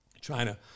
China